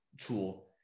tool